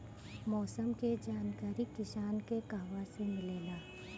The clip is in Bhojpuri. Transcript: मौसम के जानकारी किसान के कहवा से मिलेला?